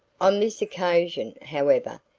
on this occasion, however,